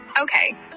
Okay